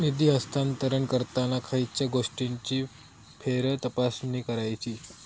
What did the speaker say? निधी हस्तांतरण करताना खयच्या गोष्टींची फेरतपासणी करायची?